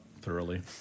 thoroughly